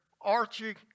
Archie